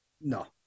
No